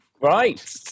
Right